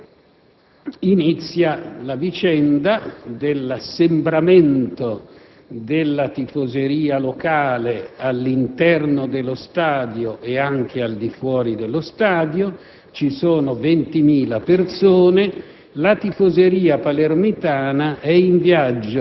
A quel punto, inizia la vicenda dell'assembramento della tifoseria locale all'interno e all'esterno dello stadio. Ci sono 20.000 persone.